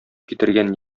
китергән